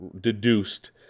deduced